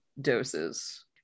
doses